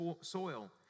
soil